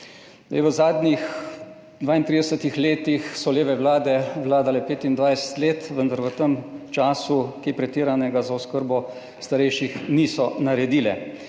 V zadnjih 32 letih so leve vlade vladale 25 let, vendar v tem času kaj pretiranega za oskrbo starejših niso naredile.